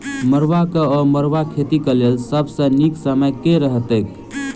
मरुआक वा मड़ुआ खेतीक लेल सब सऽ नीक समय केँ रहतैक?